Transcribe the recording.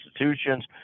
institutions